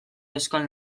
euskal